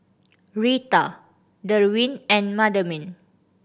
Rita Derwin and Madeline